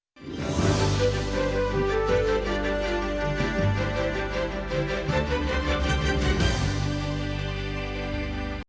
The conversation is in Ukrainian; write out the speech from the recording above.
Дякую.